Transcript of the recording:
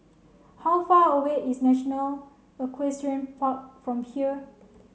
how far away is National Equestrian Park from here